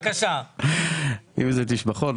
אם זה תשבחות.